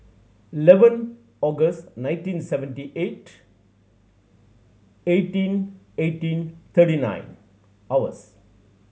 eleven August nineteen seventy eight eighteen eighteen thirty nine hours